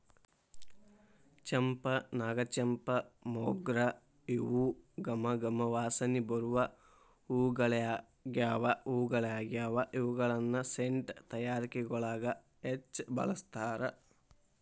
ಚಂಪಾ, ನಾಗಚಂಪಾ, ಮೊಗ್ರ ಇವು ಗಮ ಗಮ ವಾಸನಿ ಬರು ಹೂಗಳಗ್ಯಾವ, ಇವುಗಳನ್ನ ಸೆಂಟ್ ತಯಾರಿಕೆಯೊಳಗ ಹೆಚ್ಚ್ ಬಳಸ್ತಾರ